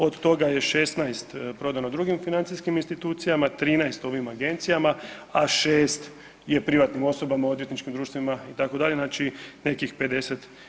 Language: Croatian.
Od toga je 16 prodano drugim financijskim institucijama, 13 ovim agencijama, a 6 je privatnim osobama, odvjetničkim društvima itd. znači, nekih 50%